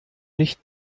nicht